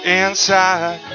inside